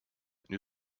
new